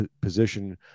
position